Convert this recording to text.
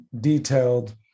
detailed